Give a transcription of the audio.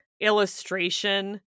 illustration